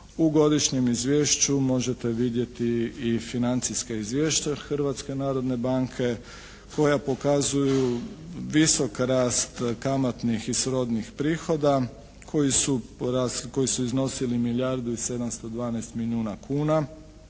u godišnjem izvješću možete vidjeti i financijska izvješća Hrvatske narodne banke koja pokazuju visok rast kamatnih i srodnih prihoda koji su iznosili milijardu i 712 milijuna kuna